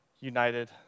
united